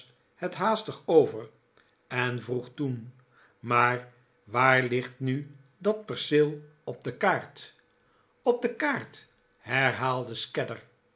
het haastig over en vroeg toen maar waar ligt nu dat perceel op de kaart martin is landeigenaar op de kaart herhaalde